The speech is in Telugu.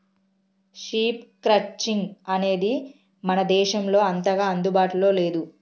షీప్ క్రట్చింగ్ అనేది మన దేశంలో అంతగా అందుబాటులో లేదు